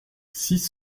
six